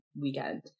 weekend